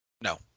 No